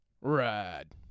ride